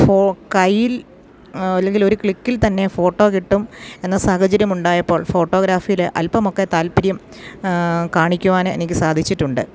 കയ്യിൽ അല്ലെങ്കിൽ ഒരു ക്ലിക്കിൽ തന്നെ ഫോട്ടോ കിട്ടുമെന്ന സാഹചര്യമുണ്ടായപ്പോൾ ഫോട്ടോഗ്രാഫിയില് അൽപ്പമൊക്കെ താല്പര്യം കാണിക്കുവാന് എനിക്ക് സാധിച്ചിട്ടുണ്ട്